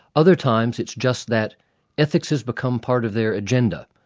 other times it's just that ethics has become part of their agenda,